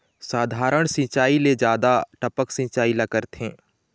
साधारण सिचायी ले जादा टपक सिचायी ला करथे